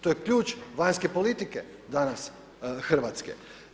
To je ključ vanjske politike danas hrvatske.